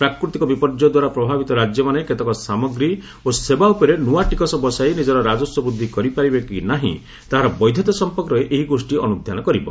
ପ୍ରାକୃତିକ ବିପର୍ଯ୍ୟୟ ଦ୍ୱାରା ପ୍ରଭାବିତ ରାଜ୍ୟମାନେ କେତେକ ସାମଗ୍ରୀ ଓ ସେବା ଉପରେ ନୃଆ ଟିକସ ବସାଇ ନିଜର ରାଜସ୍ପ ବୃଦ୍ଧି କରିପାରିବେ କି ନାହିଁ ତାହାର ବୈଧତା ସମ୍ପର୍କରେ ଏହି ଗୋଷ୍ଠୀ ଅନୁଧ୍ୟାନ କରିବ